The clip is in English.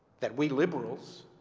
that we liberals